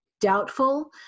doubtful